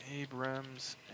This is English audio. Abrams